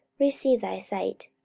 receive thy sight.